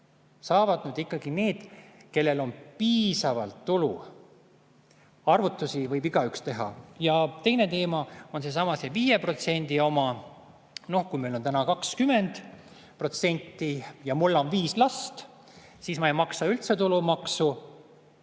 saavad ikkagi need, kellel on piisavalt tulu. Arvutusi võib igaüks teha. Ja teine teema on seesama 5% teema. Kui meil on täna [tulumaks] 20% ja mul on viis last, siis ma ei maksa üldse tulumaksu,